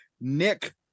Nick